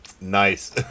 Nice